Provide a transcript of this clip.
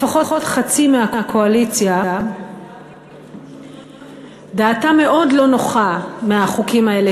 לפחות חצי מהקואליציה דעתה לא נוחה מהחוקים האלה,